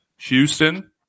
Houston